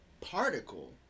particle